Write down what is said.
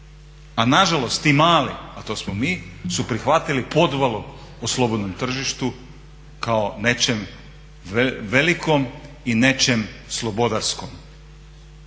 A nažalost ti mali, a to smo mi, su prihvatili podvalu o slobodnom tržištu kao nečem velikom i nečem slobodarskom.